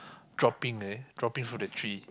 dropping leh dropping from the tree